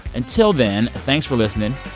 until then, thanks for listening.